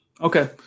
Okay